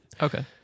okay